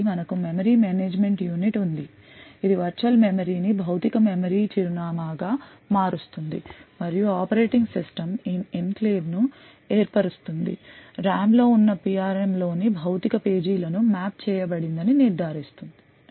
కాబట్టి మనకు memory management unit ఉంది ఇది వర్చువల్ మెమరీని భౌతిక మెమరీ చిరునామా గా మారుస్తుంది మరియు ఆపరేటింగ్ సిస్టమ్ ఈ ఎన్క్లేవ్ను ఏర్పరుస్తుందని RAM లో ఉన్న PRM లోని భౌతిక పేజీలకు మ్యాప్ చేయబడిందని నిర్ధారిస్తుంది